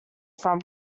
from